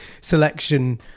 selection